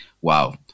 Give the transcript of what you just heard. wow